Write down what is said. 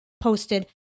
posted